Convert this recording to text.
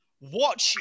watch